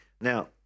Now